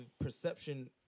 perception